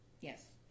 yes